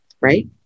right